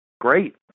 Great